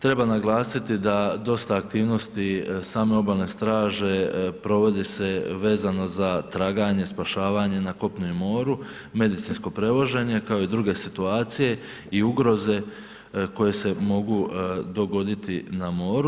Treba naglasiti da dosta aktivnosti same obalne straže provodi se vezano za traganje, spašavanje na kopnu i moru, medicinsko prevoženje kao i druge situacije i ugroze koje se mogu dogoditi na moru.